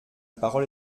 parole